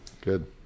good